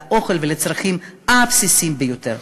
לאוכל ולצרכים הבסיסיים ביותר.